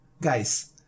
Guys